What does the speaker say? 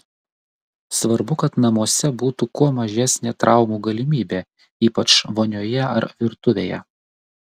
svarbu kad namuose būtų kuo mažesnė traumų galimybė ypač vonioje ar virtuvėje